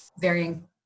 varying